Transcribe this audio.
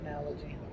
analogy